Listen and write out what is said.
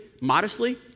modestly